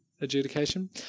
adjudication